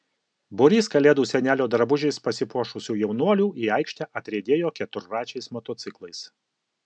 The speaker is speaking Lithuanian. būrys kalėdų senelio drabužiais pasipuošusių jaunuolių į aikštę atriedėjo keturračiais motociklais